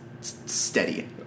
steady